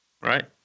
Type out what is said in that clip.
right